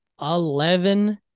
eleven